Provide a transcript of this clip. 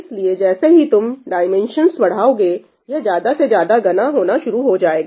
इसलिए जैसे ही तुम डाइमेंशंस बढ़ाओगे यह ज्यादा से ज्यादा घना होना शुरू हो जाएगा